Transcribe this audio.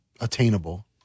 attainable